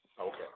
Okay